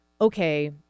okay